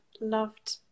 loved